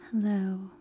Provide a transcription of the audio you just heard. Hello